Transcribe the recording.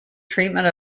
treatment